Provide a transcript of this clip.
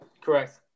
Correct